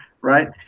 right